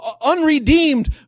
unredeemed